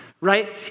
right